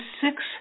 six